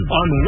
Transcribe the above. on